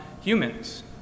humans